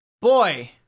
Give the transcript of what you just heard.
Boy